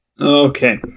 Okay